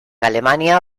alemania